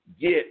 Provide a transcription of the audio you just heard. get